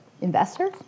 Investors